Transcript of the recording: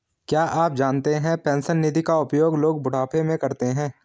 क्या आप जानते है पेंशन निधि का प्रयोग लोग बुढ़ापे में करते है?